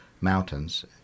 mountains